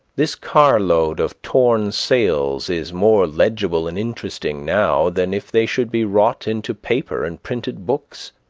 this carload of torn sails is more legible and interesting now than if they should be wrought into paper and printed books.